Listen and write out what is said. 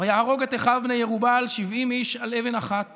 ויהרֹג את אחיו בני ירבעל שבעים איש על אבן אחת